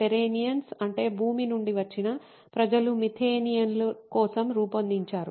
టెర్రేనియన్స్ అంటే భూమి నుండి వచ్చిన ప్రజలు మీథానియన్ల కోసం రూపొందించారు